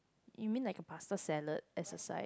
you mean like a pasta salad as a side